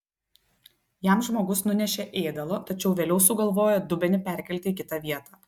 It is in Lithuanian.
jam žmogus nunešė ėdalo tačiau vėliau sugalvojo dubenį perkelti į kitą vietą